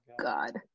God